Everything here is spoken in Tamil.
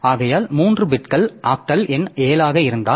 ஆகையால் மூன்று பிட்கள் ஆக்டல் எண் 7 ஆக இருந்தால்